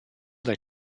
like